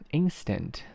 ，instant